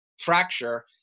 fracture